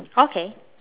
okay